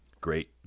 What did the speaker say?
Great